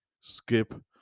Skip